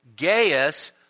Gaius